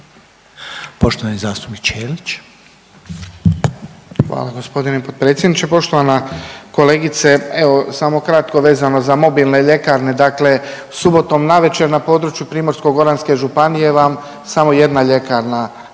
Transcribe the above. Ivan (HDZ)** Hvala gospodine potpredsjedniče. Poštovana kolegice evo samo kratko vezano za mobilne ljekarne, dakle subotom navečer na području Primorsko-goranske županije vam samo jedna ljekarna